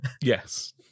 yes